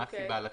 מה הסיבה לתיקון?